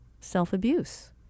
self-abuse